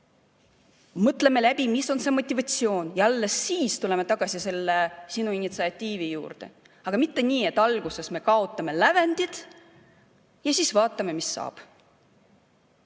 Mõtleme läbi, mis on see motivatsioon, ja alles siis tuleme tagasi selle sinu initsiatiivi juurde. Aga mitte nii, et alguses me kaotame lävendid ja siis vaatame, mis saab.